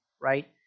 right